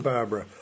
Barbara